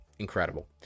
incredible